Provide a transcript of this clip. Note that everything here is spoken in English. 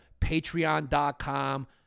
patreon.com